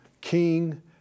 king